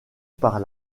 par